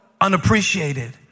unappreciated